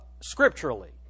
scripturally